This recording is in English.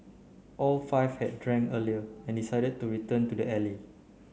all five had drank earlier and decided to return to the alley